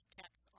text